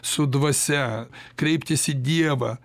su dvasia kreiptis į dievą